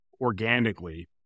organically